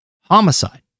homicide